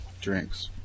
drinks